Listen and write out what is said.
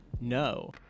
no